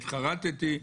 התחרטתי.